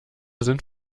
sind